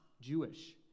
Jewish